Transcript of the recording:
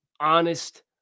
honest